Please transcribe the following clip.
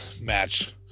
match